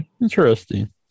Interesting